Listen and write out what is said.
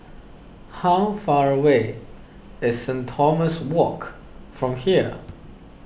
how far away is Saint Thomas Walk from here